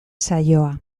saioa